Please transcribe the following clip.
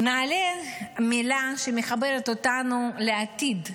נעל"ה היא מילה שמחברת אותנו לעתיד,